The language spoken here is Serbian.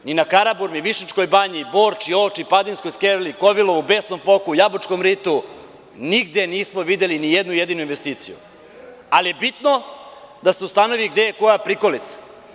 I na Karaburmi, Višnjičkoj Banji, Borči, Ovči, Padinskoj skeli, Kovilovu, Besnom Foku, Jabučkom ritu, nigde nismo videli ni jednu jedinu investiciju, ali je bitno da se ustanovi gde je koja prikolica.